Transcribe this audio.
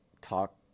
talk